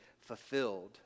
fulfilled